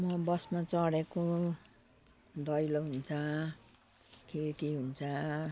म बसमा चढेको दैलो हुन्छ खिड्की हुन्छ